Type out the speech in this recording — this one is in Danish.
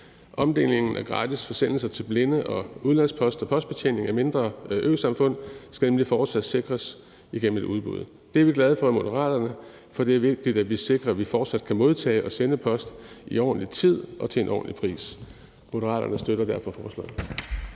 Omdelingen af gratis forsendelser til blinde, udenlandsk post og postbetjening af mindre øsamfund skal nemlig fortsat sikres igennem et udbud. Det er vi glade for i Moderaterne, for det er vigtigt, at vi sikrer, at vi fortsat kan modtage og sende post i ordentlig tid og til en ordentlig pris. Moderaterne støtter derfor forslaget.